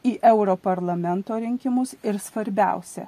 į europarlamento rinkimus ir svarbiausia